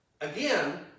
Again